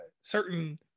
certain